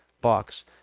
box